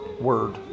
word